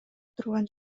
турган